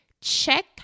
check